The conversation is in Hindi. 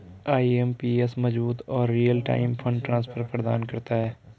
आई.एम.पी.एस मजबूत और रीयल टाइम फंड ट्रांसफर प्रदान करता है